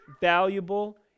valuable